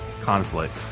conflict